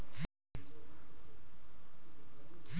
कोनो भी हर किसान मन के मेहनत ल नइ समेझ सके, किसान मन के फिकर नइ करे